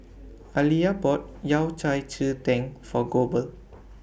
Aleah bought Yao Cai Ji Tang For Goebel